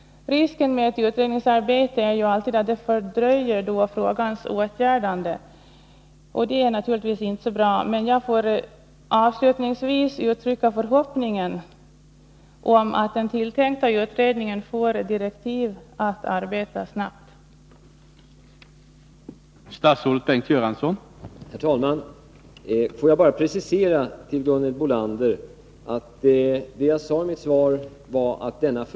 Risken med ett utredningsarbete är alltid att det fördröjer frågans åtgärdande, vilket naturligtvis inte är så bra. Men jag får avslutningsvis uttrycka förhoppningen Nr 32 att den tilltänkta utredningen får direktiv att arbeta snabbt. Tisdagen den